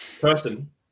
person